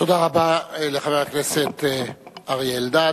תודה רבה לחבר הכנסת אריה אלדד.